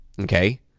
okay